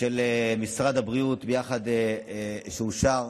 של משרד הבריאות, שאושרה.